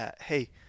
hey